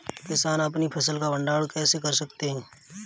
किसान अपनी फसल का भंडारण कैसे कर सकते हैं?